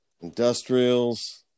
Industrials